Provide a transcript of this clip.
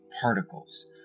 particles